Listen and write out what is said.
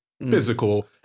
physical